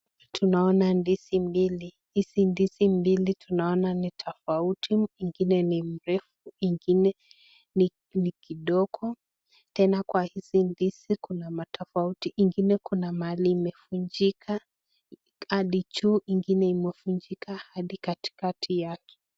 Tunaona ndizi mbili, hizi ndizi mbili tunaona ni tofauti , ingine ni mrefu, ingine ni kidogo tena kwa hizi ndizi kuna matofauti ingine kuna mahali imefunjika hadi juu ingine imefunjika katikati yake .